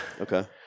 Okay